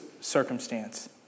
circumstance